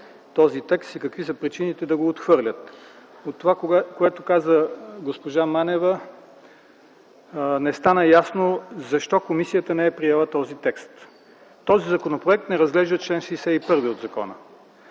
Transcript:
този текст и какви са причините да го отхвърли. От това, което каза госпожа Манева, не стана ясно защо комисията не е приела този текст. Този законопроект не разглежда чл. 61 от закона,